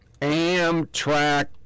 Amtrak